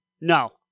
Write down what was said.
No